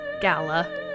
Gala